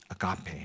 agape